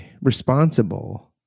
responsible